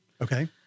Okay